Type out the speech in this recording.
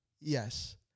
Yes